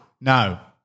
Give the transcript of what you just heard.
No